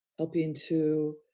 helping to